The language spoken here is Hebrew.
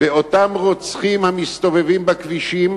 בה כלפי אותם רוצחים המסתובבים בכבישים